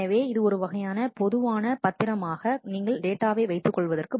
எனவே இது ஒரு வகையான பொதுவான பத்திரமாக நீங்கள் டேட்டாவை வைத்துக் கொள்வதற்கு